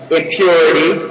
impurity